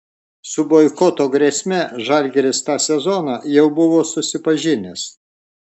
su boikoto grėsme žalgiris tą sezoną jau buvo susipažinęs